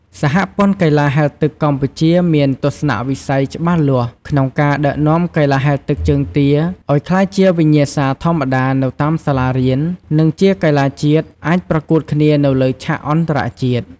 សហព័ន្ធកីឡាហែលទឹកកម្ពុជាមានទស្សនវិស័យច្បាស់លាស់ក្នុងការដឹកនាំកីឡាហែលទឹកជើងទាឲ្យក្លាយជាវិញ្ញាសាធម្មតានៅតាមសាលារៀន និងជាកីឡាជាតិអាចប្រកួតគ្នានៅលើឆាកអន្តរជាតិ។